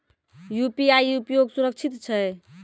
UPI उपयोग सुरक्षित छै?